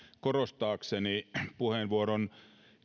korostaakseni puheenvuoron